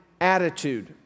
attitude